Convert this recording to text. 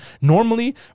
Normally